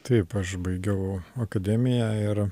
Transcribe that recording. taip aš baigiau akademiją ir